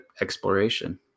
exploration